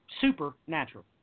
supernatural